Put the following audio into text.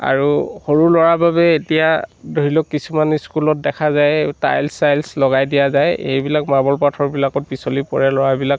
আৰু সৰু ল'ৰাৰ বাবে এতিয়া ধৰি লওক কিছুমান স্কুলত দেখা যায় যে টাইল্ছ চাইলছ লগাই দিয়া যায় সেইবিলাক মাৰ্বল পাথৰবিলাকত পিছলি পৰে ল'ৰাবিলাক